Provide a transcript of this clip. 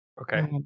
Okay